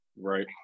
Right